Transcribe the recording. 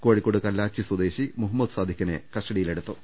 കോഴിക്കോട് കല്ലാച്ചി സ്വദേശി മുഹമ്മദ് സാദിഖിനെ കസ്റ്റഡിയിലെടുത്തു